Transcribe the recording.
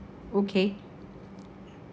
okay